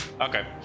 Okay